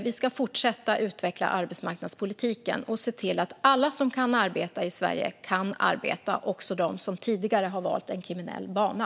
Vi ska fortsätta att utveckla arbetsmarknadspolitiken och se till att alla som kan arbeta i Sverige arbetar, även de som tidigare har valt en kriminell bana.